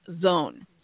zone